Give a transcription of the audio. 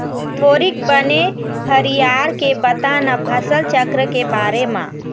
थोरिक बने फरियार के बता न फसल चक्र के बारे म